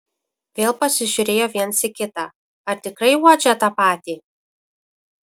vėl pasižiūrėjo viens į kitą ar tikrai uodžia tą patį